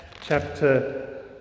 chapter